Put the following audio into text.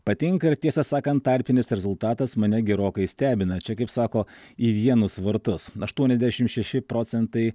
patinka ir tiesą sakant tarpinis rezultatas mane gerokai stebina čia kaip sako į vienus vartus aštuoniasdešimt šeši procentai